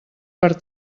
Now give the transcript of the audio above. per